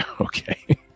okay